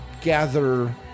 gather